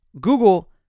Google